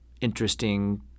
interesting